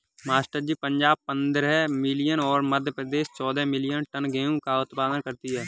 master ji Punjab पंद्रह million और मध्य प्रदेश चौदह मिलीयन टन गेहूं का उत्पादन करती है